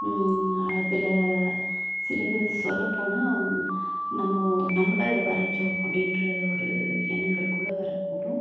அதில் சிலது சொல்லப்போனால் நம்ம நம்மளாக இதை வரைஞ்சோம் அப்டின்ற ஒரு எண்ணங்கள் கூட வரக்கூடும்